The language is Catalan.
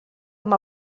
amb